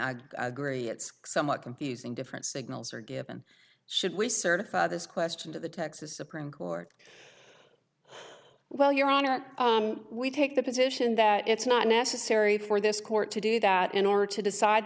i agree it's somewhat confusing different signals are given should we certify this question to the texas supreme court well your honor we take the position that it's not necessary for this court to do that in order to decide